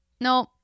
No